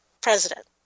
president